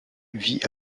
vit